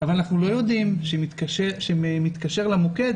מבוטחים אבל אנחנו אם מישהו מתקשר למוקד